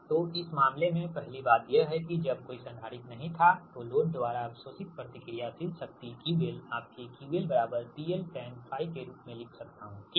तो इस मामले में पहली बात यह है कि जब कोई संधारित्र नहीं था तो लोड द्वारा अवशोषित प्रतिक्रियाशील शक्ति QL आपके QL PL Tan𝜑 के रूप में लिख सकता हूंठीक